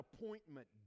appointment